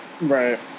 Right